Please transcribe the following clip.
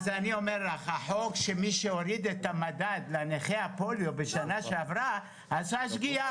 החוק שהוריד את המדד לנכי הפוליו בשנה שעברה עשה שגיאה.